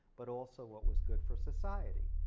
but also what was good for society.